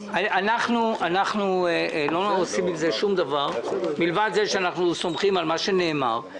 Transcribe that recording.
אנחנו לא עושים עם זה שום דבר מלבד זה שאנחנו סומכים על מה שנאמר.